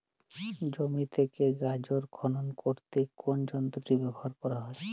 জমি থেকে গাজর খনন করতে কোন যন্ত্রটি ব্যবহার করা হয়?